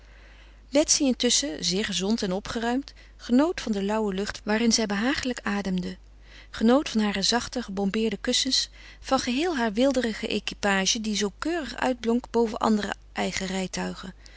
betsy intusschen zeer gezond en opgeruimd genoot van de lauwe lucht waarin zij behagelijk ademde genoot van hare zachte gebombeerde kussens van geheel haar weelderige equipage die zoo keurig uitblonk boven andere eigen rijtuigen